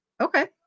Okay